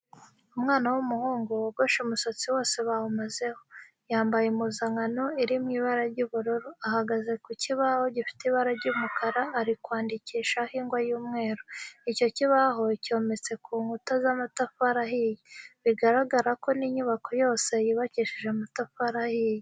Umwana w'umuhungu wogoshe umusatsi wose bawumazeho, yambaye impuzankano iri mu ibara ry'ubururu ahagaze ku kibaho gifite ibara ry'umukara ari kwandikishaho ingwa y'umweru. Icyo kibaho cyometse ku nkuta z'amatafari ahiye, bigaragara ko n'inyubako yose yubakishije amatafari ahiye.